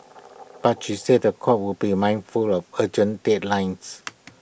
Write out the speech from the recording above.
but he said The Court would be mindful of urgent deadlines